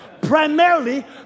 Primarily